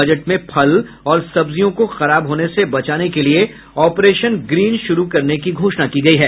budget में फल और सब्जियों को खराब होने से बचाने के लिये ऑपरेशन ग्रीन शुरू करने की घोषणा की गयी है